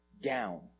down